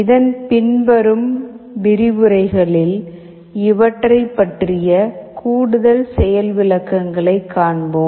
இதன் பின்வரும் விரிவுரைகளில் இவற்றைப் பற்றிய கூடுதல் செயல் விளக்கங்களை காண்போம்